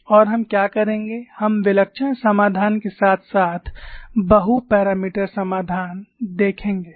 और हम क्या करेंगे हम विलक्षण समाधान के साथ साथ बहु मापदण्ड समाधान देखेंगे